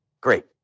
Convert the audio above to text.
Great